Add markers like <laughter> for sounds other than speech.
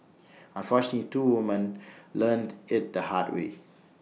<noise> unfortunately two woman learnt IT the hard way